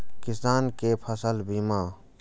किसान कै फसल बीमा?